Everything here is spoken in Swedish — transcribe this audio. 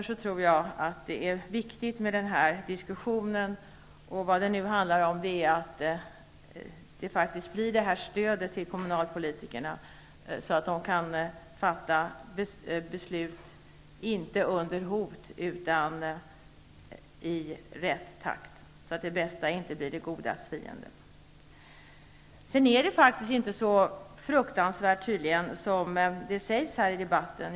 Jag tror därför att det är viktigt med denna diskussion och att kommunalpolitikerna får detta stöd, så att de kan fatta beslut, inte under hot utan i rätt takt, så att det bästa inte blir det godas fiende. Det är tydligen inte så fruktansvärt som det sägs i debatten.